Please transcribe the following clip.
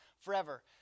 forever